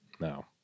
no